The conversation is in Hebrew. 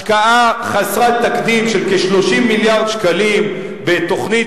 השקעה חסרת תקדים של כ-30 מיליארד שקלים בתוכנית